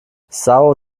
são